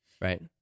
Right